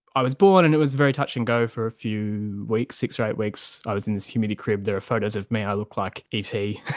i was born and it was very touch and go for a few weeks, six or eight weeks. i was in this humidity crib, there are photos of me i look like e t.